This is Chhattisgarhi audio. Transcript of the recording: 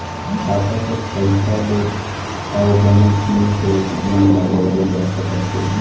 खाता के पइसा ले अउ बनेच जिनिस हे जेन ल बउरे जा सकत हे